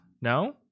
No